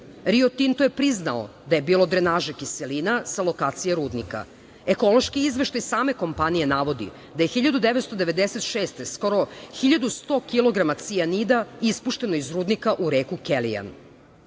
Rio Tinto je priznao da je bilo drenaže kiselina sa lokacije rudnika. Ekološki izveštaj same kompanije navodi da je 1996. skoro 1.100 kilograma cijanida ispušteno iz rudnika u reku Kelijan. Rudnik